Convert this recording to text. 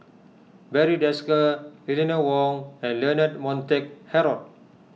Barry Desker Eleanor Wong and Leonard Montague Harrod